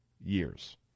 years